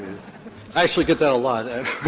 actually get that a lot,